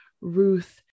Ruth